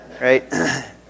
right